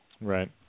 Right